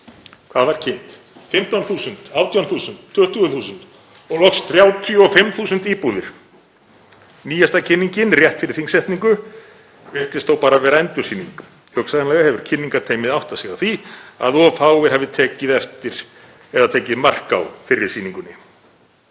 Hvað var kynnt? 15.000, 18.000, 20.000 og loks 35.000 íbúðir. Nýjasta kynningin rétt fyrir þingsetningu virtist þó bara vera endursýning. Hugsanlega hefur kynningarteymið áttað sig á því að of fáir tóku mark á fyrri sýningunni.